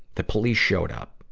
the police showed up.